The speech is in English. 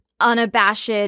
unabashed